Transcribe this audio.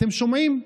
אתם שומעים?